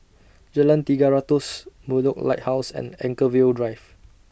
Jalan Tiga Ratus Bedok Lighthouse and Anchorvale Drive